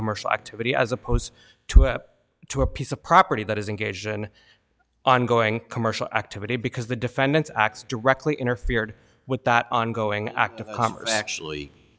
commercial activity as opposed to up to a piece of property that is engaged in ongoing commercial activity because the defendants acts directly interfered with that ongoing act actually